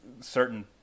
certain